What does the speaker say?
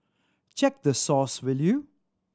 check the source will you